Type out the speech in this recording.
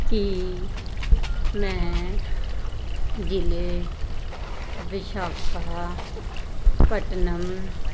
ਕੀ ਮੈਂ ਜ਼ਿਲ੍ਹੇ ਵਿਸ਼ਾਖਾਪਟਨਮ